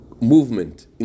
movement